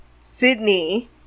Sydney